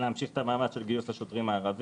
ולהמשיך את המאמץ של גיוס השוטרים הערביים.